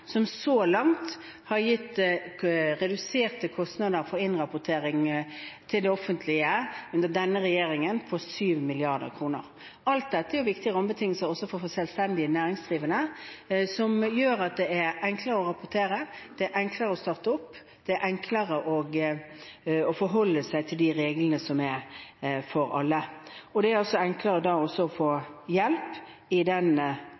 som så langt har gitt reduserte kostnader for innrapportering til det offentlige – under denne regjeringen på 7 mrd. kr. Alt dette er jo viktige rammebetingelser også for selvstendig næringsdrivende, som gjør at det er enklere å rapportere, enklere å starte og enklere å forholde seg til de reglene som er for alle. Det er også enklere å få hjelp til etableringen. Det er interessant å se at SSB i